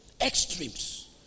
extremes